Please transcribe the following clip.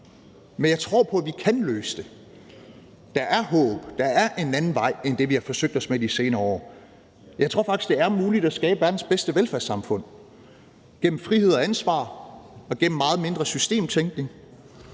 Men jeg tror på, at vi kan løse det. Der er håb. Der er en anden vej end den, vi har forsøgt os med de senere år. Jeg tror faktisk, det er muligt at skabe verdens bedste velfærdssamfund gennem frihed og ansvar og gennem meget mindre systemtænkning.